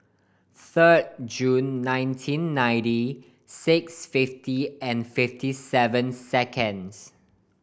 third June nineteen ninety six fifty and fifty seven second